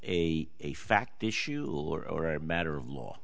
a fact issue or a matter of law